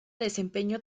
desempeñó